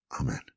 Amen